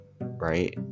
Right